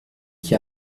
qui